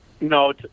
No